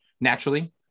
naturally